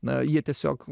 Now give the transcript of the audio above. na jie tiesiog